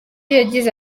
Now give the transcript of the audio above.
yagize